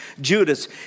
Judas